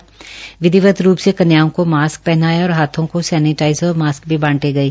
उन्होंने विधिवत रूप से कन्याओं को मास्क पहनाया और हाथों को सेनिटाइज़र और मास्क भी बांटे गये